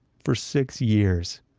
for six years.